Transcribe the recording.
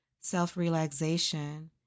self-relaxation